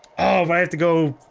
oh i have to go.